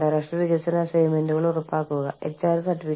അതിനാൽ ഇതിന് വിവിധ പേരുകൾ നൽകിയിട്ടുണ്ട്